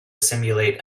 simulate